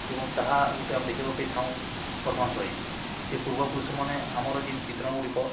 ଏବଂ ତାହା ଗୋଟେ ଆମ ଦେଖିବା ପାଇଥାଉ ବର୍ତ୍ତମାନ ସେ ପୂର୍ବପୁରୁଷମାନେ ଆମର ଯେଉଁ ଚିତ୍ରଣଗୁଡ଼ିକ